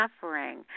suffering